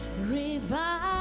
revive